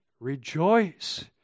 Rejoice